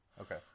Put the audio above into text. Okay